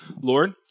Lord